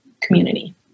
community